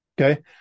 Okay